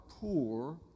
poor